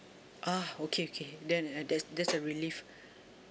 ah okay okay then uh that's that's a relief